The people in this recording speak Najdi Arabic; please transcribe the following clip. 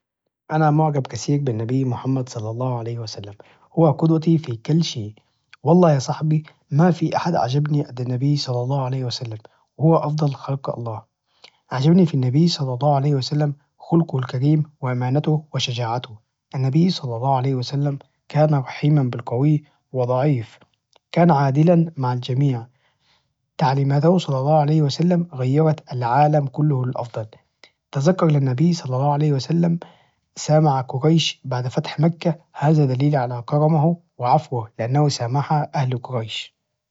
أنا معجب كثيرا بالنبي محمد صلى الله عليه وسلم، هو قدوتي في كل شي، والله يا صاحبي ما في أحد عجبني أد النبي صلى الله عليه وسلم هو أفضل خلق الله، عجبني في النبي صلى الله عليه وسلم خلقه الكريم وأمانته وشجاعته، النبي صلى الله عليه وسلم كان رحيماً بالقوي والضعيف، كان عادلاً مع الجميع، تعليماته صلى الله عليه وسلم غيرت العالم كله إلى الأفضل، تذكر للنبي صلى الله عليه وسلم سامح قريش بعد فتح مكة هذا دليل على كرمه وعفوه لأنه سامح أهل قريش.